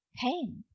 Pain